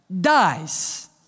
dies